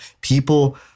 people